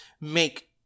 make